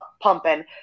pumping